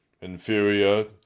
Inferior